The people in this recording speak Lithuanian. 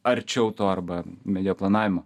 arčiau to arba medijo planavimo